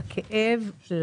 לכאב,